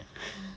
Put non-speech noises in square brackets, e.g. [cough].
[laughs]